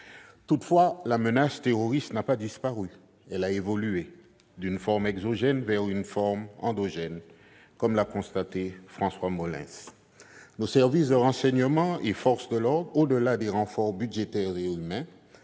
Toutefois, la menace terroriste n'a pas disparu : elle a évolué d'une forme exogène vers une forme endogène, comme l'a constaté François Molins. Nos services de renseignements et forces de l'ordre, au-delà des renforts budgétaires et humains,